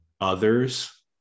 others